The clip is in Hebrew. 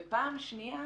ודבר שני,